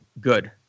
good